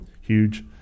huge